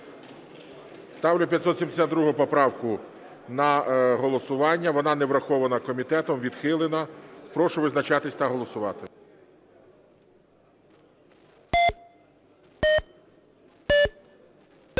Ставлю 572 поправку на голосування. Вона не врахована комітетом, відхилена. Прошу визначатись та голосувати.